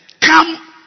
Come